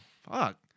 Fuck